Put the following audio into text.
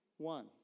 One